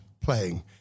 playing